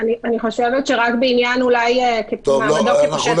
אני חושבת שרק בעניין מעמדו של פושט